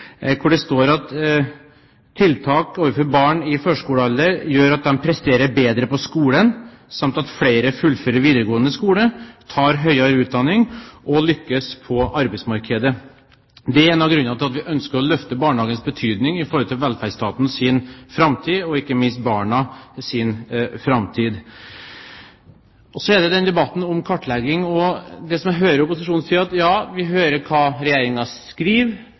hvor det står om barn i førskolealder: «Tiltakene fører til at barna presterer bedre på skolen samt at flere fullfører videregående skole, tar høyere utdanning og lykkes på arbeidsmarkedet.» Det er en av grunnene til at vi ønsker å løfte barnehagens betydning i forhold til velferdsstatens og ikke minst barnas framtid. Så er det debatten om kartlegging. Det jeg hører opposisjonen si, er: Ja, vi ser hva Regjeringen skriver, vi hører hva